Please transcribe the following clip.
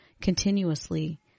continuously